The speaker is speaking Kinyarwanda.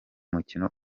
mukino